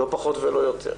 לא פחות ולא יותר.